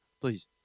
Please